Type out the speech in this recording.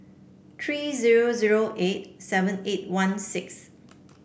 three zero zero eight seven eight one six